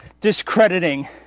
discrediting